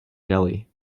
jelly